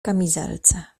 kamizelce